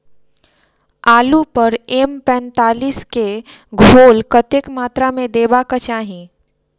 आलु पर एम पैंतालीस केँ घोल कतेक मात्रा मे देबाक चाहि?